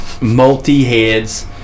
Multi-heads